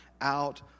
out